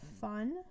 fun